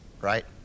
right